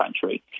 country